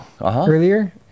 earlier